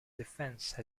defense